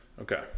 Okay